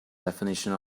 definition